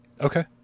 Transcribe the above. Okay